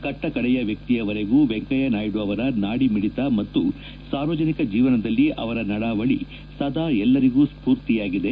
ಕಟ್ಟಕಡೆಯ ವ್ಯಕ್ತಿಯವರೆಗೂ ವೆಂಕಯ್ಯನಾಯ್ಡ ಅವರ ನಾಡಿ ಮಿಡಿತ ಮತ್ತು ಸಾರ್ವಜನಿಕ ಜೇವನದಲ್ಲಿ ಅವರ ನಡಾವಳಿ ಸದಾ ಎಲ್ಲರಿಗೂ ಸ್ಪೂರ್ತಿಯಾಗಿದೆ